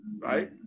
Right